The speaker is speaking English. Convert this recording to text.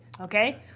Okay